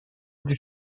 this